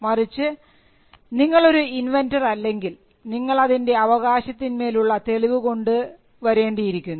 മറിച്ച് നിങ്ങൾ ഒരു ഇൻവെൻന്ററല്ലെങ്കിൽ നിങ്ങൾ അതിൻറെ അവകാശത്തിന്മേൽ ഉള്ള തെളിവ് കൊണ്ട് വരേണ്ടിയിരിക്കുന്നു